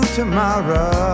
tomorrow